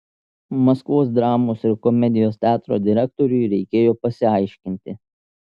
maskvos dramos ir komedijos teatro direktoriui reikėjo pasiaiškinti